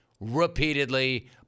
repeatedly